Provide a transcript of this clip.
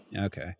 Okay